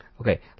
Okay